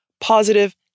positive